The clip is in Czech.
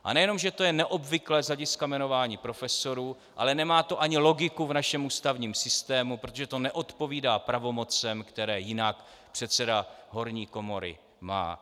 A nejenom, že to je neobvyklé z hlediska jmenování profesorů, ale nemá to ani logiku v našem ústavním systému, protože to neodpovídá pravomocem, které jinak předseda horní komory má.